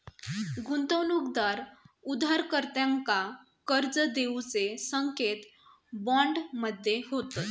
गुंतवणूकदार उधारकर्त्यांका कर्ज देऊचे संकेत बॉन्ड मध्ये होतत